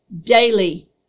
daily